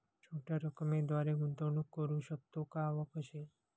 छोट्या रकमेद्वारे गुंतवणूक करू शकतो का व कशी?